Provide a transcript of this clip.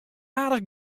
aardich